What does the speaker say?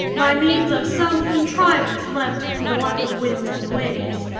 by means of some contrivance left to the luck of winds and waves.